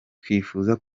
twifuza